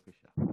בבקשה.